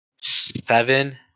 seven